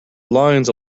lines